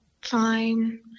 Fine